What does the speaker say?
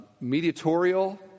mediatorial